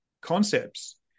concepts